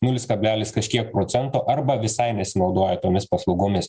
nulis kablelis kažkiek procentų arba visai nesinaudoja tomis paslaugomis